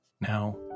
now